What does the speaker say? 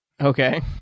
Okay